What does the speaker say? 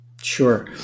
Sure